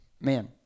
man